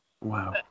Wow